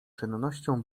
czynnością